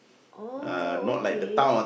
oh okay